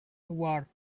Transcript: war